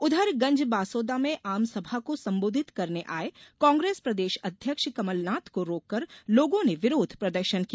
उधर गंजबासौदा में आमसभा संबोधित करने आये कांग्रेस प्रदेश अध्यक्ष कमलनाथ को रोककर लोगों ने विरोध प्रदर्शन किया